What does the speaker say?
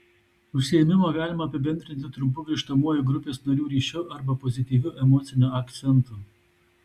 užsiėmimą galima apibendrinti trumpu grįžtamuoju grupės narių ryšiu arba pozityviu emociniu akcentu